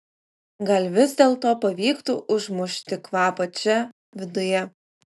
gal vis dėlto pavyktų užmušti kvapą čia viduje